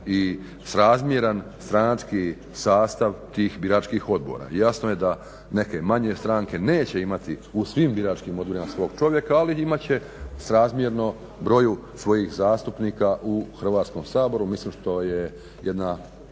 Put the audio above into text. i srazmjeran stranački sastav tih biračkih odbora. Jasno je da neke manje stranke neće imati u svim biračkim odborima svog čovjeka ali imat će srazmjerno broju svojih zastupnika u Hrvatskom saboru. Mislim što je jedna